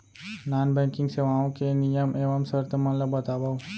non banking सेवाओं के नियम एवं शर्त मन ला बतावव